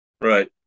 Right